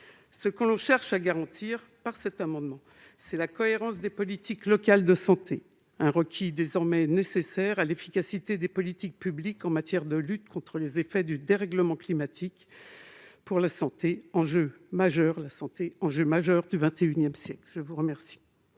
Ce que nous cherchons à garantir par cet amendement, c'est la cohérence des politiques locales de santé, une cohérence désormais requise pour l'efficacité des politiques publiques en matière de lutte contre les effets du dérèglement climatique sur la santé, qui est un enjeu majeur du XXI siècle. Quel